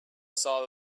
saw